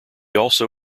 also